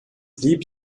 blieb